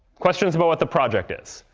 questions about what the project is?